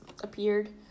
appeared